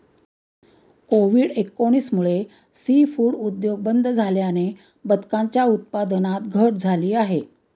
Covid एकोणीस मुळे seafood उद्योग बंद झाल्याने बदकांच्या उत्पादनात घट झाली आहे